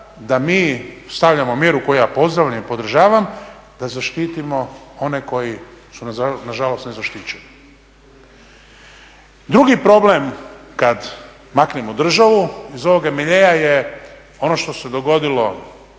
da mi stavljamo mjeru koju pozdravljam i podržavam da zaštitimo one koji su nažalost nezaštićeni. Drugi problem kada maknemo državu iz ovoga miljea je ono što se dogodilo u